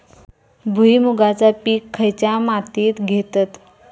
भुईमुगाचा पीक खयच्या मातीत घेतत?